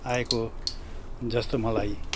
आएको जस्तो मलाई